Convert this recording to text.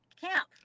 Camp